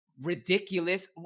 ridiculous